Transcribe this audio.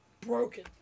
broken